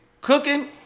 Cooking